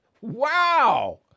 Wow